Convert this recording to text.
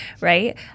Right